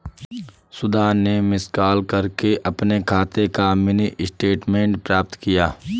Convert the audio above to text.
सुधा ने miss call करके अपने खाते का मिनी स्टेटमेंट प्राप्त किया